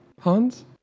Hans